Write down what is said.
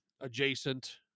adjacent